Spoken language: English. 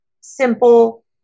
simple